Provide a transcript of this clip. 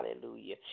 hallelujah